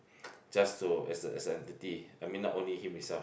just to is a is a entity I mean not only him himself